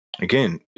again